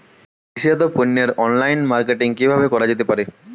কৃষিজাত পণ্যের online marketing কিভাবে করা যেতে পারে?